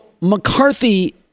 McCarthy